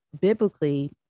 biblically